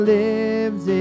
lives